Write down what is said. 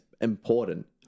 important